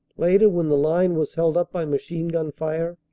later, when the line was held up by machine-gun fire,